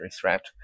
threat